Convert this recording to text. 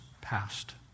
past